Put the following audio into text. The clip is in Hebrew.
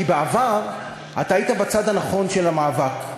כי בעבר אתה היית בצד הנכון של המאבק,